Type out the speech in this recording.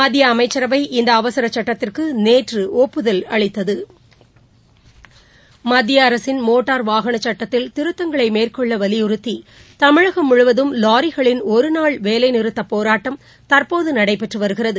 மத்திய அமைச்சரவை இந்த அவசர சட்டத்திற்கு நேற்று ஒப்புதல் அளித்தது மத்திய அரசின் மோட்டார் வாகன சட்டத்தில் திருத்தங்களை மேற்கொள்ள வலியுறுத்தி தமிழகம் முழுவதும் வாரிகளின் ஒரு நாள் வேலை நிறுத்தப்போரட்டம் தற்போது நடைபெற்று வருகிறது